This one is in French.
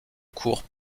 cours